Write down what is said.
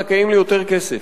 זכאים ליותר כסף.